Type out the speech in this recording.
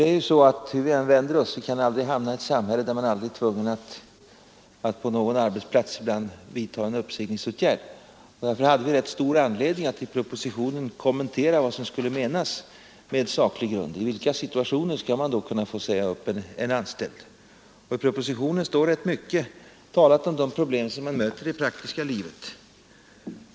Det är ju så att hur vi än vänder oss kan vi aldrig hamna i ett samhälle där man inte är tvungen att någon gång på någon arbetsplats vidta en uppsägningsåtgärd. Därför hade vi rätt stor anledning att i propositionen kommentera vad som skulle menas med ”saklig grund” för uppsägning och i vilka situationer man alltså skall kunna få säga upp en anställd. I propositionen står rätt mycket om de problem som möter i det praktiska livet.